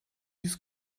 yüz